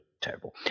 terrible